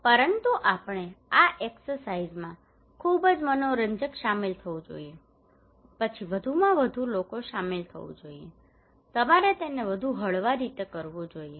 પરંતુ આપણે આ એક્સરસાઇઝમાં ખૂબ જ મનોરંજક શામેલ થવું જોઈએ પછી વધુમાં વધુ લોકો શામેલ થવું જોઈએ તમારે તેને વધુ હળવા રીતે કરવું જોઈએ